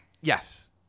yes